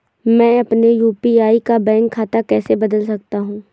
मैं अपने यू.पी.आई का बैंक खाता कैसे बदल सकता हूँ?